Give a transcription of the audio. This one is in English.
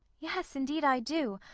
yes, indeed i do,